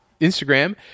Instagram